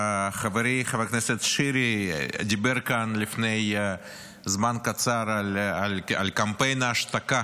חברי חבר הכנסת שירי דיבר כאן לפני זמן קצר על קמפיין ההשתקה